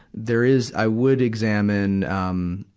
there is, i would examine, um,